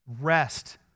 Rest